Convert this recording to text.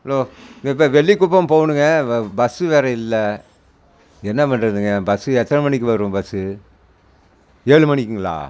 hello வெ வெ வெள்ளிக்குப்பம் போகணுங்க பஸ் வேற இல்லை என்ன பண்ணுறதுங்க பஸ் எத்தனை மணிக்கு வரும் பஸ்ஸு ஏழு மணிக்குங்களா